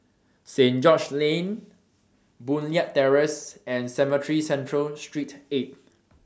Saint George's Lane Boon Leat Terrace and Cemetry Central Saint eight